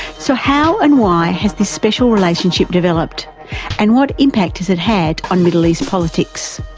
so how and why has this special relationship developed and what impact has it had on middle east politics?